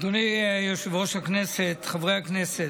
אדוני יושב-ראש הכנסת, חברי הכנסת,